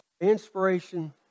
inspiration